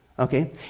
Okay